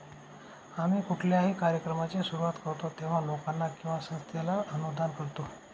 आम्ही कुठल्याही कार्यक्रमाची सुरुवात करतो तेव्हा, लोकांना किंवा संस्थेला अनुदान करतो